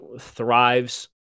thrives